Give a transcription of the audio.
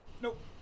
Nope